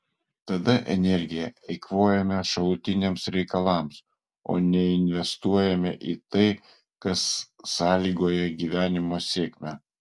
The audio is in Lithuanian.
tada energiją eikvojame šalutiniams reikalams o neinvestuojame į tai kas sąlygoja gyvenimo sėkmę